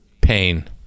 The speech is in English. pain